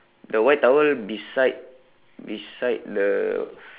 the white towel beside beside the